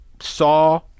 saw